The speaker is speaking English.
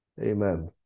Amen